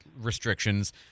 restrictions